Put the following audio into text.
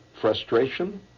frustration